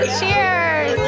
Cheers